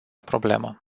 problemă